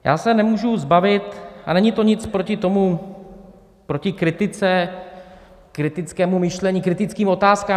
Já se nemůžu zbavit, a není to nic proti tomu, proti kritice, kritickému myšlení, kritickým otázkám.